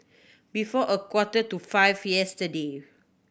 before a quarter to five yesterday